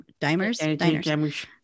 dimers